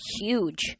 huge